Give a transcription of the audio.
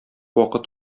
вакыт